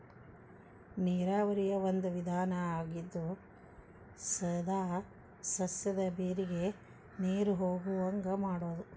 ನೇರಾವರಿಯ ಒಂದು ವಿಧಾನಾ ಆಗಿದ್ದು ಸೇದಾ ಸಸ್ಯದ ಬೇರಿಗೆ ನೇರು ಹೊಗುವಂಗ ಮಾಡುದು